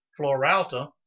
Floralta